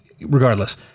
Regardless